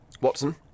Watson